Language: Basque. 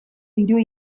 dirua